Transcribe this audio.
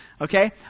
Okay